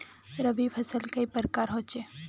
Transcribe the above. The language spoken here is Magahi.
रवि फसल कई प्रकार होचे?